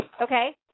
Okay